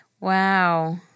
Wow